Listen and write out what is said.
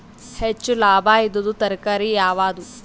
ಹೆಚ್ಚು ಲಾಭಾಯಿದುದು ತರಕಾರಿ ಯಾವಾದು?